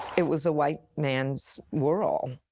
it was a white man's world.